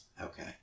Okay